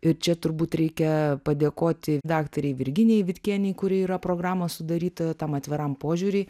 ir čia turbūt reikia padėkoti daktarei virginijai vitkienei kuri yra programos sudarytoja tam atviram požiūriui